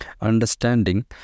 understanding